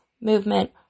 movement